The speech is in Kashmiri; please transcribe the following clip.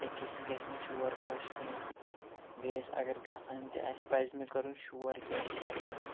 أکِس گژھہِ نہٕ شوٗر خۄش کیٚنٛہہ بیٚیِس اگر گژھان تہِ اسہِ پَزِ نہٕ کَرُن شوٗر کیٚنٛہہ ٹرٛینہِ منٛز